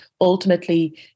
ultimately